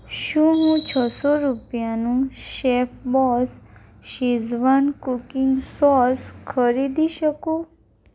શું હું છસો રૂપિયાનું શેફબોસ શીઝવાન કૂકિંગ સોસ ખરીદી શકું